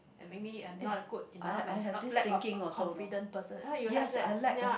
and make me I'm not good enough and not lack of co~ confidence person ah you have that ya